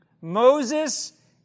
Moses